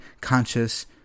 conscious